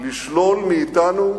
לשלול מאתנו,